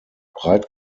breit